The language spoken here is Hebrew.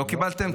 לא קיבלתם?